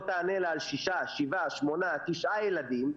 תעלינה על שישה-שבעה-שמונה-תשעה ילדים,